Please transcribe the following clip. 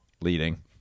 leading